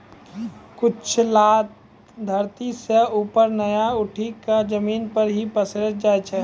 कुछ लता धरती सं ऊपर नाय उठी क जमीन पर हीं पसरी जाय छै